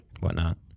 whatnot